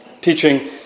teaching